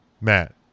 Matt